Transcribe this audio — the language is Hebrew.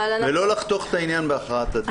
ולא לחתוך את העניין בהכרעת הדין.